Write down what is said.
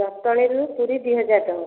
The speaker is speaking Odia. ଜଟଣୀରୁ ପୁରୀ ଦୁଇ ହଜାର ଟଙ୍କା